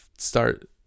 start